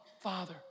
father